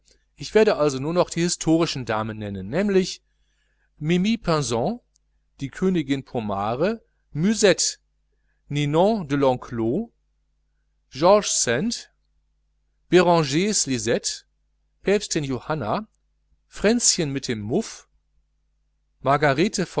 ich werde also nur die historischen damen nennen nämlich mimi pinson die königin pomare müsette lais ninon de l'enclos george sand berangers lisette päbstin johanna fränzchen mit dem muff